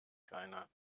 keiner